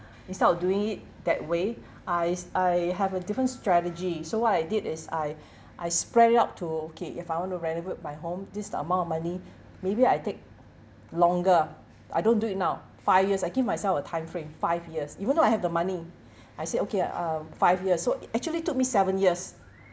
instead of doing it that way I s~ I have a different strategy so what I did is I I spread it up to okay if I want to renovate my home this amount of money maybe I take longer I don't do it now five years I give myself a timeframe five years even though I have the money I said okay uh five years so it actually took me seven years